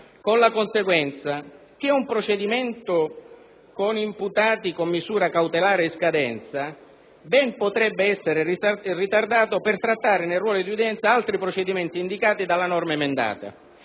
Con la conseguenza che un procedimento con imputati con misura cautelare in scadenza ben potrebbe essere ritardato per trattare nei ruoli d'udienza altri procedimenti indicati dalla norma emendata,